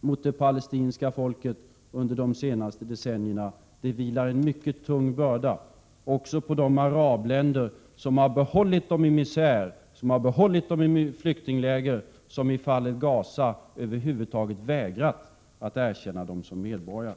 mot det palestinska folket under de senaste decennierna. Det vilar en mycket tung börda också på de arabländer som har behållit palestinierna i misär, behållit dem i flyktingläger och — som i fallet Gaza — över huvud taget vägrat erkänna dem som medborgare.